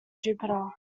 jupiter